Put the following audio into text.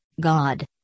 God